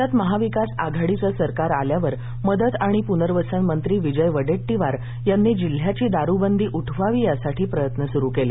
राज्यात महाविकास आघाडीचे सरकार आल्यावर मदत आणि पूनर्वसन मंत्री विजय वडेट्टीवार यांनी जिल्ह्याची दारूबंदी उठवावी यासाठी प्रयत्न सूरू केले